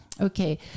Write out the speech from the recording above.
Okay